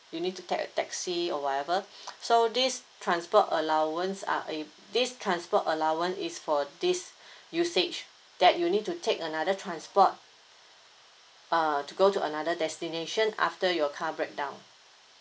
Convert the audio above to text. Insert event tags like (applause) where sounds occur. you need to take a taxi or whatever (breath) so this transport allowance are uh this transport allowance is for this (breath) usage that you need to take another transport uh to go to another destination after your car breakdown